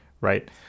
right